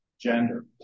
gender